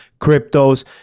cryptos